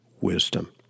wisdom